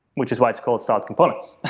which is why it's called styled components.